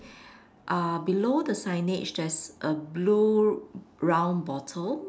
uh below the signage there's a blue round bottle